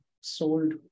sold